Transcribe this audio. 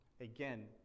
Again